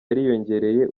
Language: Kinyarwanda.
yariyongereye